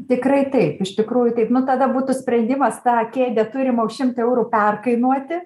tikrai taip iš tikrųjų taip nu tada būtų sprendimas tą kėdę turimą už šimtą eurų perkainoti